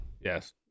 Yes